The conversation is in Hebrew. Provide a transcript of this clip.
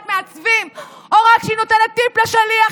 מעצבים או רק כשהיא נותנת טיפ לשליח.